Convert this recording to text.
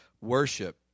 worship